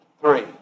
Three